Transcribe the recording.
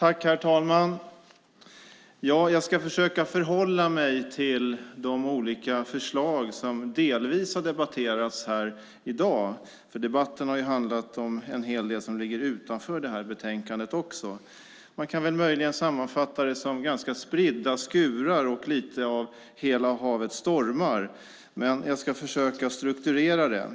Herr talman! Jag ska försöka förhålla mig till de olika förslag som delvis har debatterats här i dag. Debatten har ju också handlat om en hel del som ligger utanför betänkandet. Man kan väl möjligen sammanfatta det som ganska spridda skurar och lite av hela havet stormar, men jag ska försöka strukturera det.